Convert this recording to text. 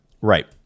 right